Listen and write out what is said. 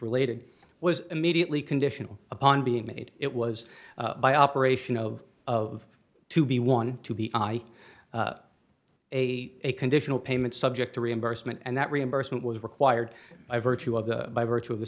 related was immediately conditional upon being made it was by operation of of to be one to be a conditional payment subject to reimbursement and that reimbursement was required by virtue of the by virtue of the